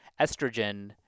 estrogen